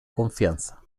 confianza